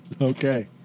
Okay